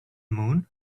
moon